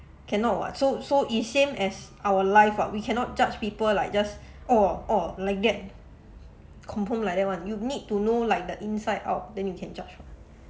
cannot [what] so so is same as our life [what] we cannot judge people like just orh orh like that confirm like that one you need to know like the inside out then you can judge